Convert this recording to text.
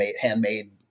handmade